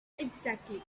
exactly